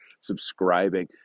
subscribing